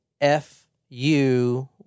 F-U